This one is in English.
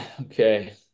Okay